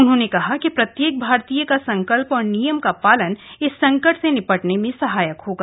उन्होंने कहा कि प्रत्येक भारतीय का संकल्प और नियम का पालन इस संकट से निपटने में सहायक होगा